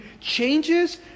changes